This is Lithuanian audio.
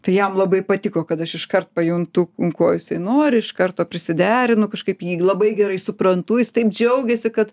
tai jam labai patiko kad aš iškart pajuntu ko jisai nori iš karto prisiderinu kažkaip jį labai gerai suprantu jis taip džiaugėsi kad